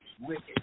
wicked